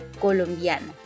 colombiana